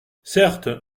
certes